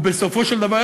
ובסופו של דבר,